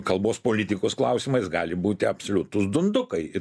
kalbos politikos klausimais gali būti absoliutus dundukai